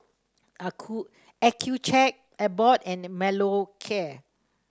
Accucheck Abbott and Molicare